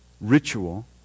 ritual